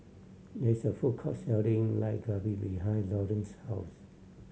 there is a food court selling Dak Galbi behind Laurence's house